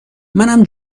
منم